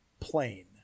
plain